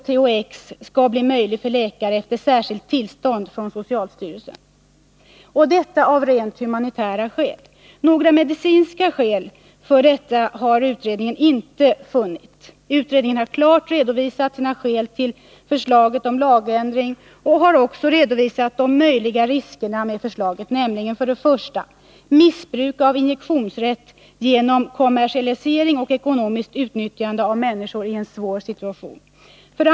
THX, skall kunna ges av läkare efter särskilt tillstånd från socialstyrelsen — detta av rent humanitära skäl. Några medicinska skäl för det har utredningen inte funnit. Utredningen har klart redovisat sina skäl till förslaget om lagändring och har också redovisat de möjliga riskerna med förslaget: 1. Missbruk av injektionsrätt genom kommersialisering och ekonomiskt utnyttjande av människor i en svår situation.